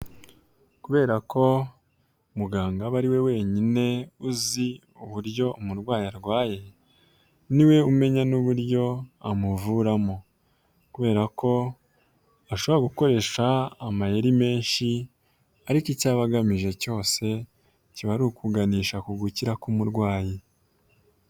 Kubera ko muganga aba ari we wenyine uzi uburyo umurwayi arwaye, niwe umenya n'uburyo amuvuramo kubera ko ashobora gukoresha amayeri menshi ariko icyaba agamije cyose kiba ari ukuganisha ku gukira k'umurwayi.